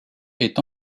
est